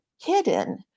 hidden